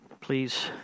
please